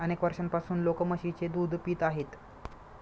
अनेक वर्षांपासून लोक म्हशीचे दूध पित आहेत